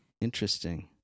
interesting